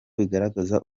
bigaragaza